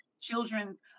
children's